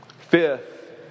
Fifth